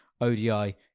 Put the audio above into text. ODI